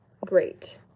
great